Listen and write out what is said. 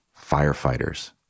firefighters